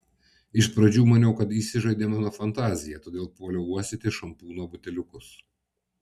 iš pradžių maniau jog įsižaidė mano fantazija todėl puoliau uostyti šampūno buteliukus